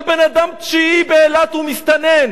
כל בן-אדם תשיעי באילת הוא מסתנן.